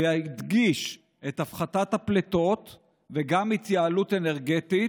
שידגיש את הפחתת הפליטות וגם התייעלות אנרגטית,